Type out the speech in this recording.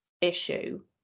issue